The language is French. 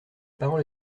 parole